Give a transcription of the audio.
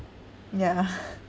yeah